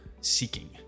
seeking